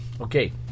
Okay